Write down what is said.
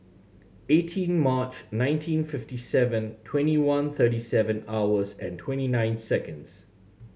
eighteen March nineteen fifty seven twenty one thirty seven hours and twenty nine seconds